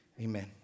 Amen